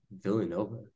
villanova